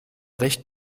recht